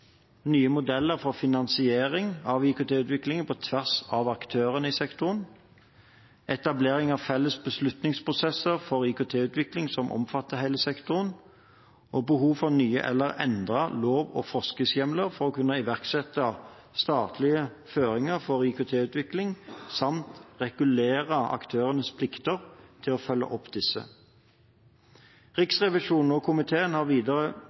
nye modeller for finansiering av IKT-utviklingen på tvers av aktørene i sektoren etablering av felles beslutningsprosesser for IKT-utvikling som omfatter hele sektoren behov for nye eller endrede lov- og forskriftshjemler for å kunne iverksette statlige føringer for IKT-utvikling samt regulere aktørenes plikter til å følge opp disse Riksrevisjonen og komiteen har videre